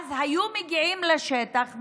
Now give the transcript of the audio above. ואז היו מגיעים לשטח,